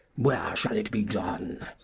where shall it be done?